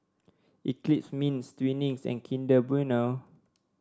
Eclipse Mints Twinings and Kinder Bueno